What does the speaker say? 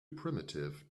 primitive